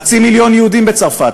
חצי מיליון יהודים בצרפת,